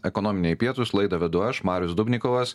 ekonominiai pietūs laidą vedu aš marius dubnikovas